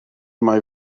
mai